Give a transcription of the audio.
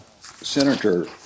senator